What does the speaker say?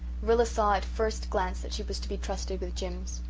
rilla saw at first glance that she was to be trusted with jims.